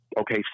okay